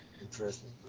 interesting